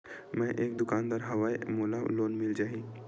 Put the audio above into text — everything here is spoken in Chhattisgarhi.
मै एक दुकानदार हवय मोला लोन मिल जाही?